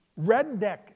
redneck